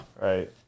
right